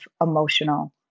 emotional